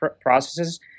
processes